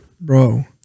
bro